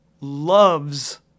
loves